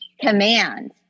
command